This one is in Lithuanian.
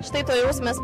štai tuojaus mes